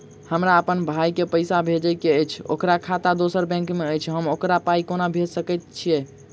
हमरा अप्पन भाई कऽ पाई भेजि कऽ अछि, ओकर खाता दोसर बैंक मे अछि, हम ओकरा पाई कोना भेजि सकय छी?